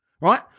right